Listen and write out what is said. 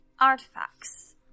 artifacts